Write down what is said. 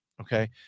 okay